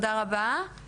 רבה.